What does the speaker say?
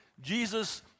Jesus